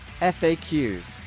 faqs